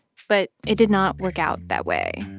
but it did not work out that way.